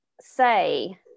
say